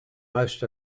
most